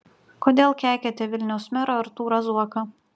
kodėl keikiate vilniaus merą artūrą zuoką